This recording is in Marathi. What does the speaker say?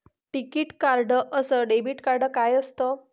टिकीत कार्ड अस डेबिट कार्ड काय असत?